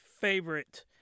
favorite